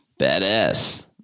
Badass